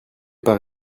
par